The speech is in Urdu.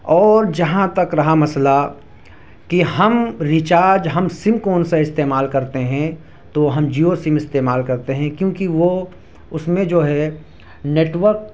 اور جہاں تک رہا مسئلہ کہ ہم ریچارج ہم سم کون سا استعمال کرتے ہیں تو ہم جیو سم استعمال کرتے ہیں کیونکہ وہ اس میں جو ہے نیٹورک